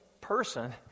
person